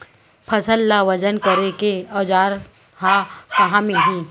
फसल ला वजन करे के औज़ार हा कहाँ मिलही?